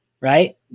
right